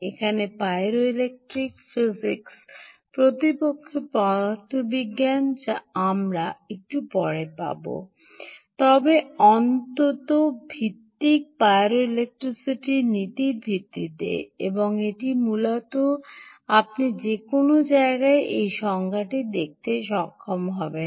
এখানে পাইরোইলেক্ট্রিকটি ফিজিক্স প্রকৃতপক্ষে পদার্থবিজ্ঞান যা আমরা একটু পরে পাব তবে অন্তত ভিত্তিক পাইরোইলেক্ট্রিসিটির নীতির ভিত্তিতে এবং এটি মূলত আপনি যে কোনও জায়গায় এই সংজ্ঞাটি দেখতে সক্ষম হবেন